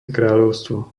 kráľovstvo